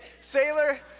Sailor